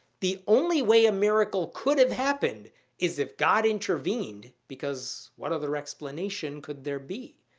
the only way a miracle could have happened is if god intervened because what other explanation could there be?